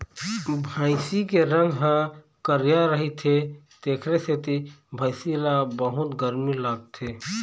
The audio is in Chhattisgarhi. भइसी के रंग ह करिया रहिथे तेखरे सेती भइसी ल बहुत गरमी लागथे